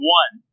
one